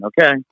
okay